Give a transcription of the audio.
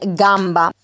gamba